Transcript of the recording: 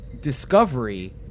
Discovery